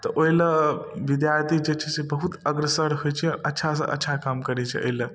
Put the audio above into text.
तऽ ओइ लए विद्यार्थी जे छै से बहुत अग्रसर होइ छै अच्छासँ अच्छा काम करै छै अइ लए